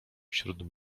wśród